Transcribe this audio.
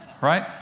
Right